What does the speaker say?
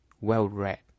well-read